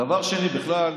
דבר שני, בכלל,